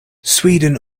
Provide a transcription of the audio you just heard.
sweden